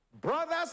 brothers